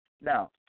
Now